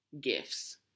gifts